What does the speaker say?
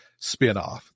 spinoff